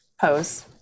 pose